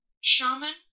Shaman